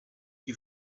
qui